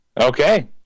Okay